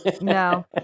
No